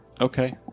Okay